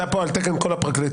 אתה פה על תקן כל הפרקליטות.